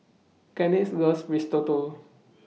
Genesis loves Risotto